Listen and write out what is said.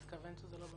לא,